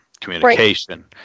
communication